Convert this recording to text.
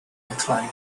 acclaim